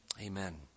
Amen